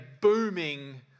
booming